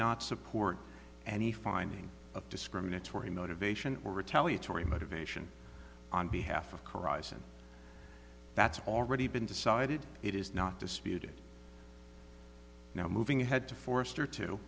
not support any finding of discriminatory motivation or retaliatory motivation on behalf of corrosion that's already been decided it is not disputed now moving ahead to forrester to